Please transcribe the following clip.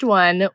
one